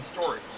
story